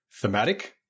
thematic